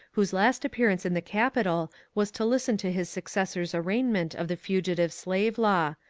whose last appearance in the capitol was to listen to his successor's arraignment of the fugitive slave law,